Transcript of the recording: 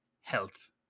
health